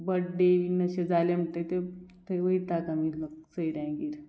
birthday बीन अशें जालें म्हणटकच ते थंय वयता आमी लोक सोयऱ्यांगेर